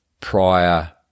prior